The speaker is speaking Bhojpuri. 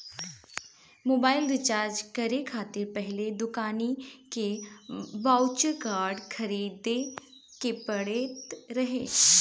मोबाइल रिचार्ज करे खातिर पहिले दुकानी के बाउचर कार्ड खरीदे के पड़त रहे